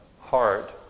heart